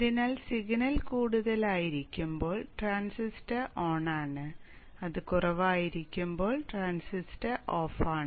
അതിനാൽ സിഗ്നൽ കൂടുതലായിരിക്കുമ്പോൾ ട്രാൻസിസ്റ്റർ ഓണാണ് അത് കുറവായിരിക്കുമ്പോൾ ട്രാൻസിസ്റ്റർ ഓഫാണ്